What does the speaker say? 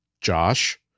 Josh